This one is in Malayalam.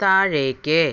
താഴേക്ക്